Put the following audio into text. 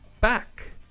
back